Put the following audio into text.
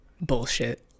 bullshit